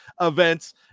events –